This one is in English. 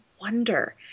wonder